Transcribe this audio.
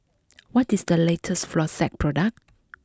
what is the latest Floxia product